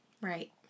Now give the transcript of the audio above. Right